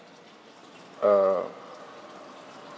uh